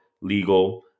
legal